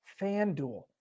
FanDuel